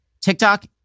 TikTok